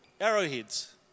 arrowheads